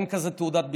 אין כזאת תעודת ביטוח,